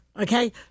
Okay